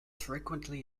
frequently